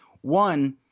one